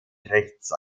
rechts